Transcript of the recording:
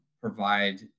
provide